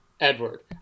Edward